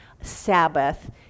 Sabbath